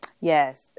Yes